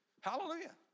Hallelujah